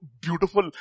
beautiful